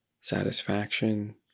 satisfaction